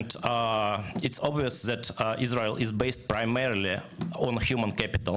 וזה ברור שישראל נמצאת בטופ מבחינת הון אנושי,